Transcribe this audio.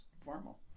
formal